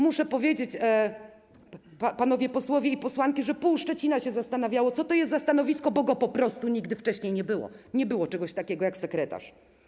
Muszę powiedzieć, panowie posłowie i panie posłanki, że pół Szczecina się zastanawiało, co to jest za stanowisko, bo go po prostu nigdy wcześniej nie było, nie było czegoś takiego jak sekretarz.